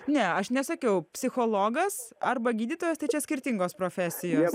ne aš nesakiau psichologas arba gydytojas tai čia skirtingos profesijos